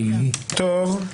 טוב.